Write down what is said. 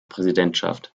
präsidentschaft